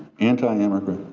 anti-immigrant,